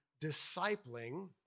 discipling